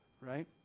right